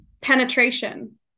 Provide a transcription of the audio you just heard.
penetration